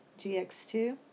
GX2